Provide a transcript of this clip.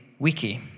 Wiki